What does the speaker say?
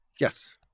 Yes